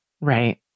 Right